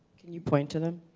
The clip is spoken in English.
can you point to them?